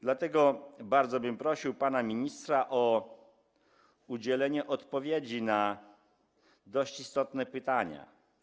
Dlatego bardzo bym prosił pana ministra o udzielenie odpowiedzi na dość istotne pytania.